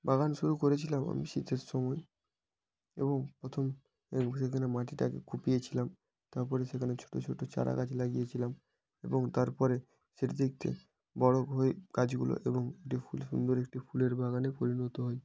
বাগান শুরু করেছিলাম আমি শীতের সময় এবং প্রথম এই ভেইখানে মাটিটাকে কুপিয়েছিলাম তারপরে সেখানে ছোটো ছোটো চারা গাছ লাগিয়েছিলাম এবং তারপরে সেটা যে ঠিক বড়ো হয়ে গাছগুলো এবং ডুফুল খুব সুন্দর একটি ফুলের বাগানে পরিণত হয়